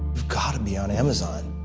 got to be on amazon.